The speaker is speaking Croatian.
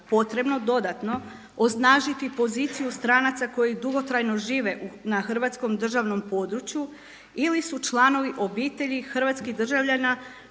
potrebno dodatno osnažiti poziciju stranaca koji dugotrajno žive na hrvatskom državnom području ili su članovi obitelji hrvatskih državljana